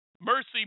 mercy